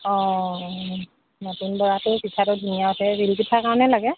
অঁ নতুন বৰাটো পিঠাটো ধুনীয়া উঠে তিল পিঠাৰ কাৰণে লাগে